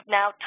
now